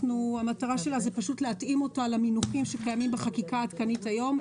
המטרה שלה להתאים למינוחים שקיימים בחקיקה העדכנית היום.